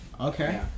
Okay